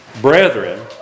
Brethren